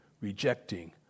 rejecting